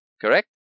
correct